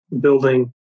building